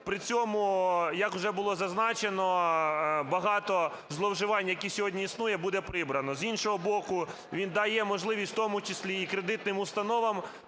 При цьому, як вже було зазначено, багато зловживань, які сьогодні існують, буде прибрано. З іншого боку, він дає можливість, в тому числі і кредитним установам,